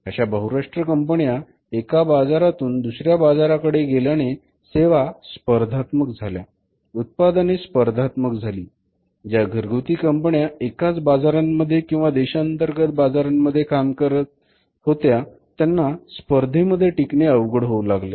अशा बहुराष्ट्रीय कंपन्या एका बाजारातून दुसऱ्या बाजारा कडे गेल्याने सेवा स्पर्धात्मक झाल्या उत्पादने स्पर्धात्मक झाली ज्या घरगुती कंपन्या एकाच बाजारांमध्ये किंवा देशांतर्गत बाजारांमध्ये कामकाज करत होत्या त्यांना स्पर्धेमध्ये टिकणे अवघड होऊ लागले